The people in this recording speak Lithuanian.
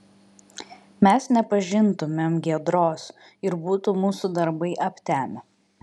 mes nepažintumėm giedros ir būtų mūsų darbai aptemę